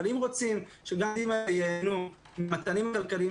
אבל אם רוצים שייהנו גם ממתנים כלכליים